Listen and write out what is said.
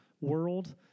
world